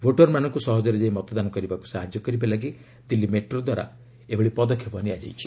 ଭୋଟରମାନଙ୍କୁ ସହଜରେ ଯାଇ ମତଦାନ କରିବାକୁ ସାହାଯ୍ୟ କରିବା ପାଇଁ ଦିଲ୍କୀ ମେଟ୍ରୋ ଦ୍ୱାରା ଏହି ପଦକ୍ଷେପ ନିଆଯାଇଛି